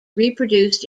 reproduced